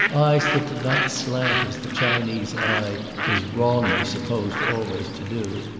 eyes that did not slant as the chinese eye is wrongly supposed always to do,